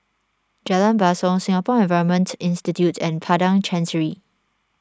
Jalan Basong Singapore Environment Institute and Padang Chancery